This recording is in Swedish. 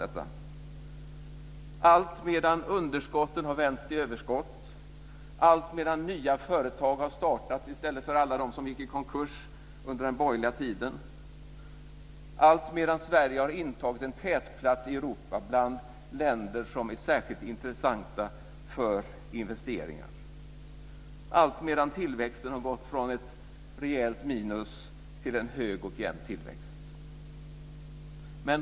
Detta har Moderaterna sagt alltmedan underskotten vändes till överskott, alltmedan nya företag har startats i stället för alla dem som gick i konkurs under den borgerliga tiden, alltmedan Sverige har intagit en tätplats i Europa bland länder som är särskilt intressanta för investeringar och alltmedan tillväxten har gått från ett rejält minus till en hög och jämn tillväxt.